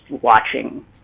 watching